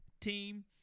team